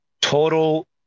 total